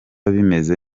bimeze